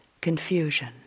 confusion